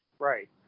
Right